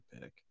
pick